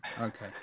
okay